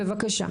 בבקשה.